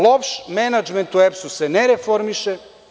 Loš menadžment u EPS-u se ne reformiše.